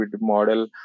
model